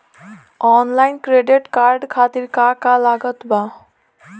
Online credit card खातिर का का लागत बा?